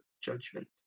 judgment